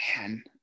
Man